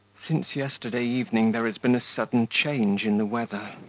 since yesterday evening there has been a sudden change in the weather.